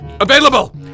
available